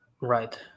right